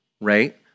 Right